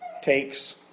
takes